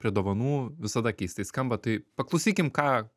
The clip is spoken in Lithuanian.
prie dovanų visada keistai skamba tai paklausykim ką